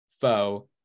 Foe